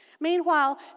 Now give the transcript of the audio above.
Meanwhile